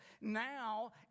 Now